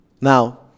Now